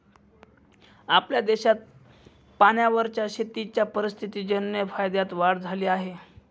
आपल्या देशात पाण्यावरच्या शेतीच्या परिस्थितीजन्य फायद्यात वाढ झाली आहे